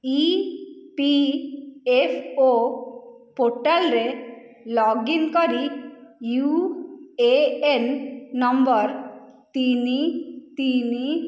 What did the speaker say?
ଇ P F O ପୋର୍ଟାଲ୍ରେ login କରି U A N number ତିନି ତିନି